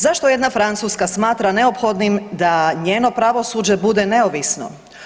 Zašto jedna Francuska smatra neophodnim da njeno pravosuđe bude neovisno?